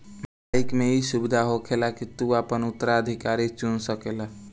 bike मे ई सुविधा होखेला की तू आपन उत्तराधिकारी चुन सकेल